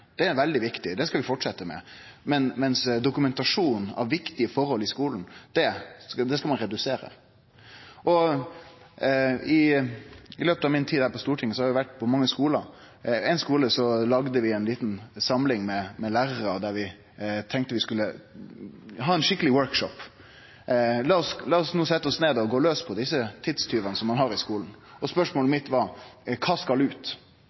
veldig viktig, det skal vi fortsetje med – mens dokumentasjon av viktige forhold i skolen skal ein redusere. I løpet av min tid her på Stortinget har eg vore på mange skolar. På ein skole hadde vi ei lita samling med lærarar, der vi tenkte vi skulle ha ein skikkelig workshop: Lat oss no setje oss ned og gå laus på desse tidstjuvane som ein har i skolen. Spørsmålet mitt var: Kva skal ut,